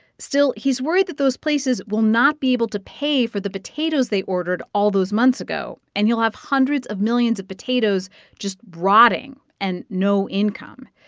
still, he's worried that those places will not be able to pay for the potatoes they ordered all those months ago, and he'll have hundreds of millions of potatoes just rotting and no income.